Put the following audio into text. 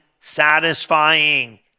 satisfying